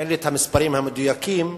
אין לי המספרים המדויקים,